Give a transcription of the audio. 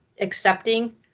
accepting